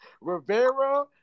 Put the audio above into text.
Rivera